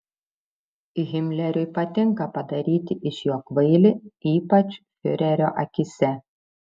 himleriui patinka padaryti iš jo kvailį ypač fiurerio akyse